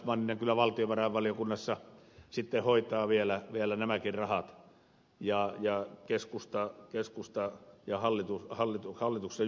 hannes manninen kyllä valtiovarainvaliokunnassa sitten hoitaa vielä nämäkin rahat ja keskusta hallituksessa junailee nämä